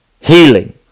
healing